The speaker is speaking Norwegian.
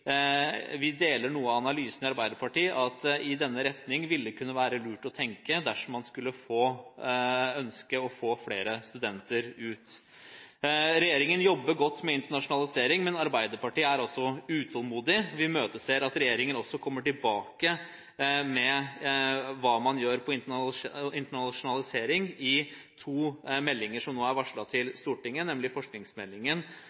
vi i Arbeiderpartiet deler noe av analysen, at i denne retning vil det kunne være lurt å tenke dersom man skulle ønske å få flere studenter ut. Regjeringen jobber godt med internasjonalisering, men Arbeiderpartiet er utålmodig. Vi imøteser at regjeringen kommer tilbake med hva man gjør med internasjonalisering i to meldinger som er